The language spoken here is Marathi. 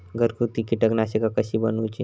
घरगुती कीटकनाशका कशी बनवूची?